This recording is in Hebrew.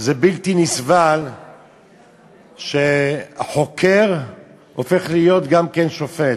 שזה בלתי נסבל שהחוקר הופך להיות גם כן שופט.